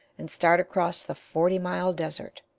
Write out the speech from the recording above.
and start across the forty-mile desert,